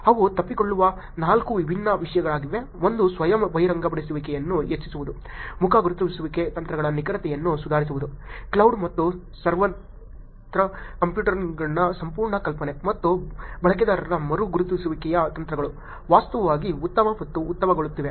ಅವು ತಪ್ಪಿಸಿಕೊಳ್ಳುವ ನಾಲ್ಕು ವಿಭಿನ್ನ ವಿಷಯಗಳಾಗಿವೆ ಒಂದು ಸ್ವಯಂ ಬಹಿರಂಗಪಡಿಸುವಿಕೆಯನ್ನು ಹೆಚ್ಚಿಸುವುದು ಮುಖ ಗುರುತಿಸುವಿಕೆ ತಂತ್ರಗಳ ನಿಖರತೆಯನ್ನು ಸುಧಾರಿಸುವುದು ಕ್ಲೌಡ್ ಮತ್ತು ಸರ್ವತ್ರ ಕಂಪ್ಯೂಟಿಂಗ್ನ ಸಂಪೂರ್ಣ ಕಲ್ಪನೆ ಮತ್ತು ಬಳಕೆದಾರರ ಮರು ಗುರುತಿಸುವಿಕೆಯ ತಂತ್ರಗಳು ವಾಸ್ತವವಾಗಿ ಉತ್ತಮ ಮತ್ತು ಉತ್ತಮಗೊಳ್ಳುತ್ತಿವೆ